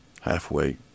halfway